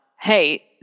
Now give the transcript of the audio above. hey